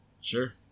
Sure